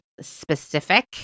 specific